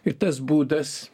ir tas būdas